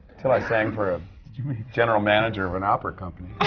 until i sang for a general manager of an opera company.